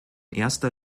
erster